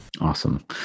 Awesome